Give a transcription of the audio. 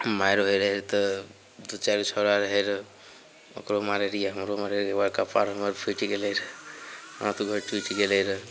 माइर होइ रहय रऽ तऽ दू चारि गो छौड़ा रहय रऽ ओकरो मारय रहियै हमरो मारय रहय एक बार कपाड़ हमर फूटि गेलय रऽ हाथ गोर टूटि गेलय रऽ